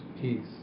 peace